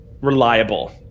reliable